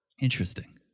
Interesting